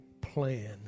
plan